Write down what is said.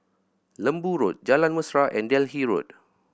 Lembu Road Jalan Mesra and Delhi Road